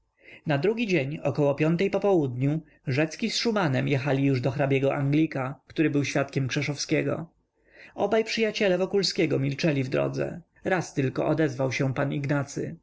na drugi dzień około piątej po południu rzecki z szumanem jechali już do hrabiego-anglika który był świadkiem krzeszowskiego obaj przyjaciele wokulskiego milczeli w drodze raz tylko odezwał się pan ignacy